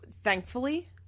thankfully